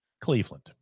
Cleveland